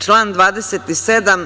Član 27.